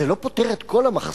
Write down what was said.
זה לא פותר את כל המחסור,